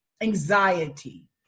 anxiety